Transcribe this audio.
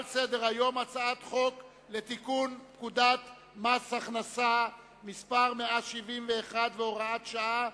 הצעת חוק לתיקון פקודת מס הכנסה (מס' 171 והוראות שעה),